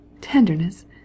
tenderness